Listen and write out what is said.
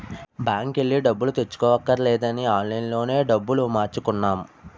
బాంకెల్లి డబ్బులు తెచ్చుకోవక్కర్లేదని ఆన్లైన్ లోనే డబ్బులు మార్చుకున్నాం